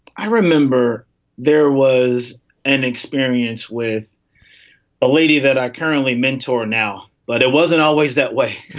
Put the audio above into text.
i remember there was an experience with a lady that i currently mentor now, but it wasn't always that way.